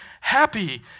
happy